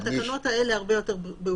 שהתקנות האלה הרבה יותר בהירות.